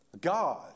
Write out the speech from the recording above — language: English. God